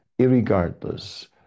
irregardless